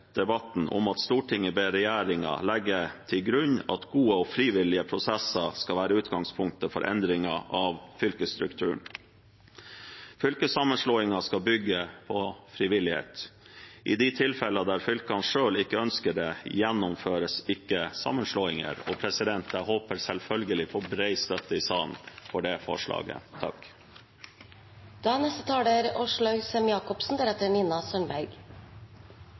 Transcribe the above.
debatten: «Stortinget ber regjeringen legge til grunn at gode og frivillige prosesser skal være utgangspunkt for endringer av fylkesstrukturen. Fylkessammenslåinger skal bygge på frivillighet. I de tilfeller der fylker selv ikke ønsker det, gjennomføres ikke sammenslåingene.» Jeg håper selvfølgelig på bred støtte i salen for det forslaget.